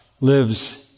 lives